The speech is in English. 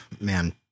man